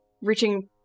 reaching